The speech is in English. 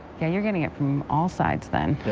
yeah you're getting it from all sides, then.